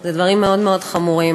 אלה דברים מאוד מאוד חמורים.